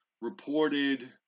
reported